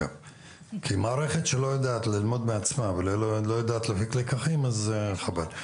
כי מערכת שלא יודעת ללמוד מעצמה ולא יודעת להפיק לקחים זה חבל.